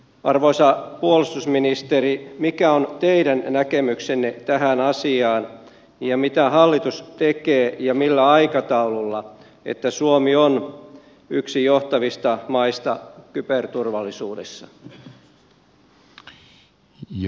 arvoisa puolustusministeri mikä on teidän näkemyksenne tähän asiaan ja mitä hallitus tekee ja millä aikataululla jotta suomi on yksi johtavista maista kyberturvallisuudessa